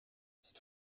c’est